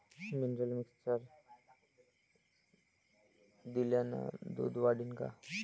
Mineral mixture दिल्यानं दूध वाढीनं का?